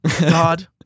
God